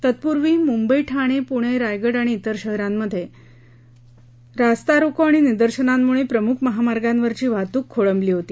तत्पूर्वी मुंबई ठाणे पुणे रायगड आणि व्रिर शहरांमधे रास्ता रोको आणि निदर्शनांमुळे प्रमुख महामार्गांवरची वाहतूक खोळंबली होती